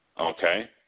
Okay